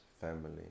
family